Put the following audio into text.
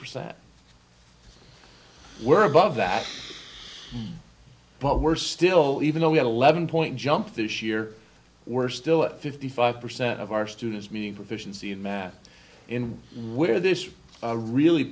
percent we're above that but we're still even though we have eleven point jump this year we're still at fifty five percent of our students meaning proficiency in math in where this really